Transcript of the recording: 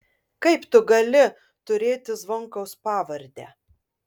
kaip tu gali turėti zvonkaus pavardę